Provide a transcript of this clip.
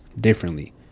differently